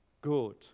good